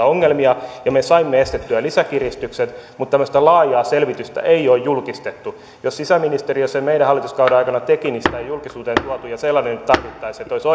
ongelmia ja me saimme estettyä lisäkiristykset mutta tämmöistä laajaa selvitystä ei ole julkistettu jos sisäministeriö sen meidän hallituskautemme aikana teki niin sitä ei julkisuuteen tuotu ja sellainen tarvittaisiin jotta olisi